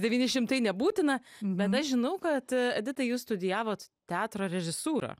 devyni šimtai nebūtina bet aš žinau kad edita jūs studijavot teatro režisūrą